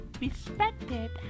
respected